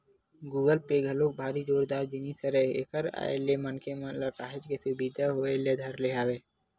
Google Pay घलोक भारी जोरदार जिनिस हरय एखर आय ले मनखे मन ल काहेच के सुबिधा होय ल धरे हवय